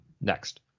Next